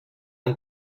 han